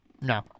No